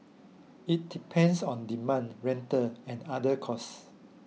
it depends on demand rental and other costs